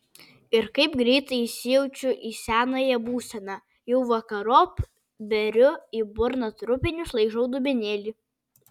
ir kaip greitai įsijaučiu į senąją būseną jau vakarop beriu į burną trupinius laižau dubenėlį